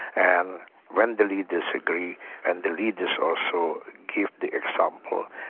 and when the leaders agree and the leaders also give the example,